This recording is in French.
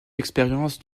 expérience